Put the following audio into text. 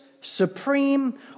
supreme